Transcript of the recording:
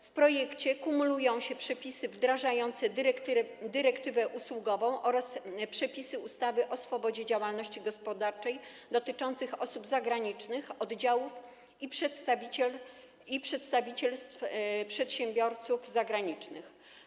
W projekcie kumulują się przepisy wdrażające dyrektywę usługową oraz przepisy ustawy o swobodzie działalności gospodarczej dotyczące osób zagranicznych, oddziałów i przedstawicielstw przedsiębiorców zagranicznych.